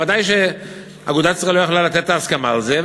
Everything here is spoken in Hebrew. ודאי שאגודת ישראל לא יכלה לתת את ההסכמה על זה.